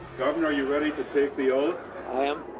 governor, are you ready to take the oath? i am.